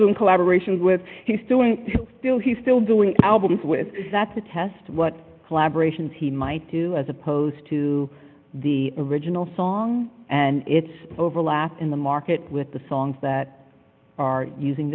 do in collaboration with he's doing still he's still doing albums with the test of what collaboration he might as opposed to the original song and it overlaps in the market with the songs that are using